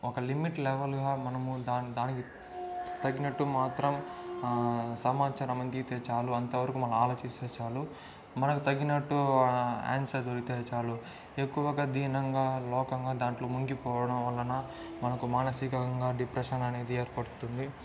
ఒక లిమిట్ లెవల్గా మనము దాని దానికి తగినట్టు మాత్రం సమాచారం అందితే చాలు అంతవరకు మన ఆలోచిస్తే చాలు మనకు తగ్గినట్టు ఆన్సర్ దొరికితే చాలు ఎక్కువగా దీనంగా లోకంగా దాంట్లో ముంగిపోవడం వలన మనకు మానసికంగా డిప్రెషన్ అనేది ఏర్పడుతుంది